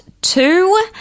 two